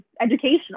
educational